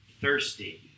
thirsty